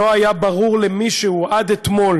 לא היה ברור למישהו עד אתמול